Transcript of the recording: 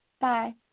Bye